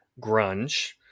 grunge